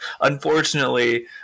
unfortunately